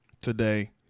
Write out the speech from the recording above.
today